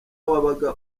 wabaga